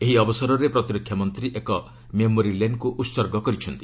ଏହି ଅବସରରେ ପ୍ରତିରକ୍ଷା ମନ୍ତ୍ରୀ ଏକ ମେମୋରି ଲେନ୍କୁ ଉତ୍ସର୍ଗ କରିଛନ୍ତି